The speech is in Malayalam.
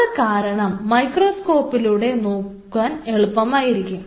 അത് ഈ കാരണം മൈക്രോസ്കോപ്പിലൂടെ നോക്കാൻ എളുപ്പമായിരിക്കും